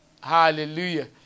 Hallelujah